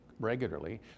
regularly